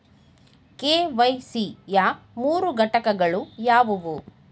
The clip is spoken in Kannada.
ಕೆ.ವೈ.ಸಿ ಯ ಮೂರು ಘಟಕಗಳು ಯಾವುವು?